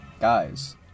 guys